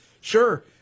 Sure